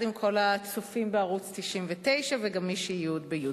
עם כל הצופים בערוץ-99 וגם מי שב-YouTube.